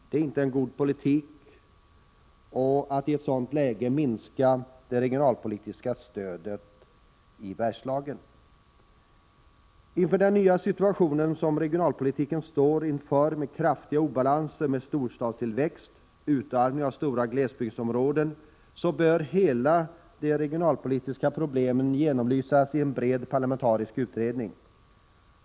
Det är inte god politik att i ett sådant läge minska det regionalpolitiska stödet till Bergslagen. Inför den nya situation som regionalpolitiken står inför, med kraftiga obalanser med storstadstillväxt och utarmning av stora glesbygdsområden, bör hela det regionalpolitiska problemet genomlysas i en bred parlamentarisk utredning.